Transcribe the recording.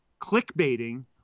clickbaiting